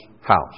house